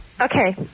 Okay